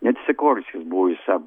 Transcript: net sikorskis buvo įsa